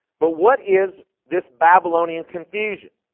but what is this babylonian confusion?